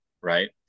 right